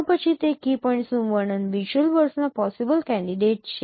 તો પછી તે કી પોઇન્ટ્સનું વર્ણન વિઝ્યુઅલ વર્ડસના પોસિબલ કેન્ડિડેટ છે